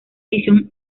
edición